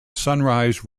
sunrise